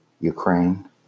Ukraine